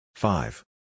Five